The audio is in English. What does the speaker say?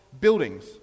buildings